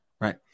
right